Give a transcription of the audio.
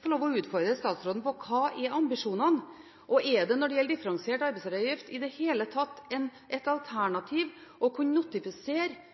få lov til å utfordre statsråden på: Hva er ambisjonene? Og er det når det gjelder differensiert arbeidsgiveravgift, i det hele tatt et alternativ å kunne notifisere